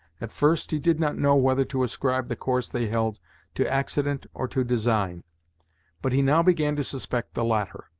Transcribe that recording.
at first, he did not know whether to ascribe the course they held to accident or to design but he now began to suspect the latter.